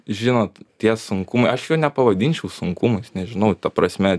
žinot tie sunkumai aš jų nepavadinčiau sunkumais nežinau ta prasme